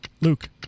Luke